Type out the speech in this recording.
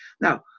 Now